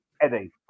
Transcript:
Eddie